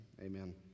amen